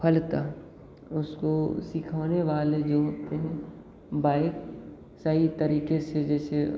फलतः उसको सीखाने वाले जो होते हैं बाइक सही तरीके से जैसे